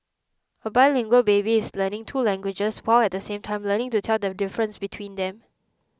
a bilingual baby is learning two languages while at the same time learning to tell the difference between them